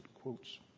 quotes